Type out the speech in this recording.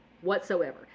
whatsoever